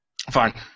Fine